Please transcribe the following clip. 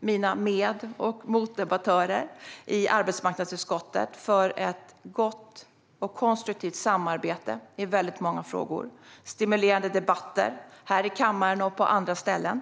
mina med och motdebattörer i arbetsmarknadsutskottet för ett gott och konstruktivt samarbete i väldigt många frågor och för stimulerande debatter, här i kammaren och på andra ställen.